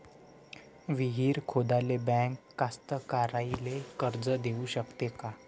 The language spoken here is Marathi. विहीर खोदाले बँक कास्तकाराइले कर्ज देऊ शकते का?